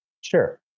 Sure